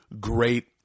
great